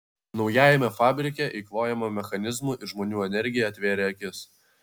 naujajame fabrike eikvojama mechanizmų ir žmonių energija atvėrė akis